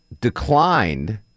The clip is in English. declined